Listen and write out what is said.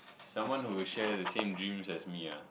someone who will share the same dreams as me ah